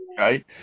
Okay